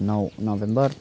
नौ नोभेम्बर